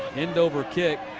end over kick.